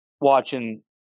watching